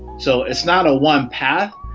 so it's not a one part.